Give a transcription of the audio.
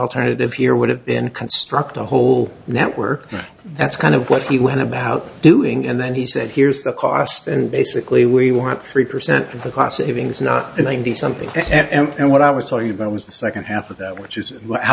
alternative here would have been construct a whole network that's kind of what he went about doing and then he said here's the cost and basically we want three percent of the cost savings not in ninety something and what i was talking about was the second half of that which is how